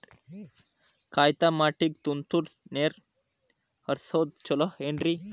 ಕಾಯಿತಮಾಟಿಗ ತುಂತುರ್ ನೇರ್ ಹರಿಸೋದು ಛಲೋ ಏನ್ರಿ?